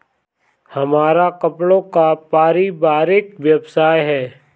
हमारा कपड़ों का पारिवारिक व्यवसाय है